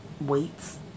weights